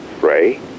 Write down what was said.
Ray